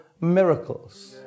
miracles